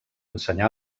ensenyar